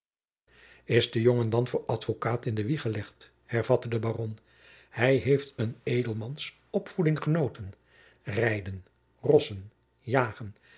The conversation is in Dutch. is de jongen dan voor advocaat in de wieg gelegd hervatte de baron hij heeft een edelmans opvoeding genoten rijden rossen jagen